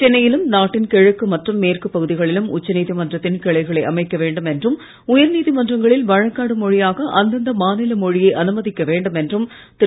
சென்னையிலும் நாட்டின் கிழக்கு மற்றும் மேற்கு பகுதிகளிலும் உச்சநீதிமன்றத்தின் கிளைகளை அமைக்க வேண்டும் என்றும் உயர்நீதிமன்றங்களில் வழக்காடு மொழியாக அந்தந்த மாநில மொழியை அனுமதிக்க வேண்டும் என்றும் திரு